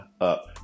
up